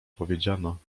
powiedziano